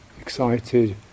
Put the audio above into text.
excited